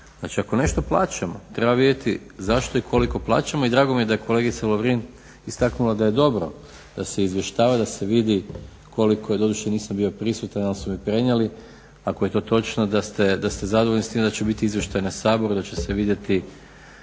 znači ako nešto plaćamo treba vidjeti zašto i koliko plaćamo. I drago mi je da je kolegica Lovrin istaknula da je dobro da se izvještava da se vidi koliko je doduše nisam bio prisutan ali su mi prenijeli, ako je to točno da ste zadovoljni s tim da će biti izvještaj na Saboru da će se vidjeti